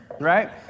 right